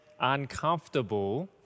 uncomfortable